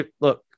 look